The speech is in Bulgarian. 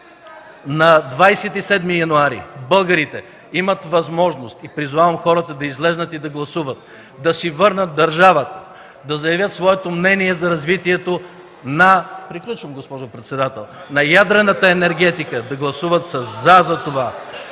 На 27 януари българите имат възможност и призовавам хората да излезнат и да гласуват – да си върнат държавата, да заявят своето мнение за развитието на (председателят дава сигнал,